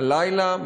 הלילה,